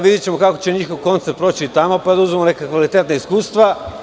Videćemo kako će njihov koncept proći tamo, pa da uzmemo neka kvalitetna iskustva.